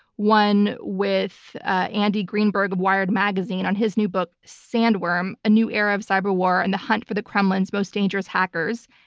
one with ah andy greenberg of wired magazine on his new book sandworm a new era of cyberwar and the hunt for the kremlin's most dangerous hackers.